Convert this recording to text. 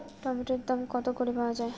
টমেটোর দাম কত করে পাওয়া যায়?